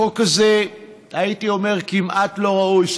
החוק הזה, הייתי אומר, כמעט לא ראוי.